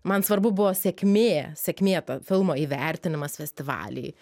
man svarbu buvo sėkmė sėkmė ta filmo įvertinimas festivaliai